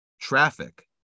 traffic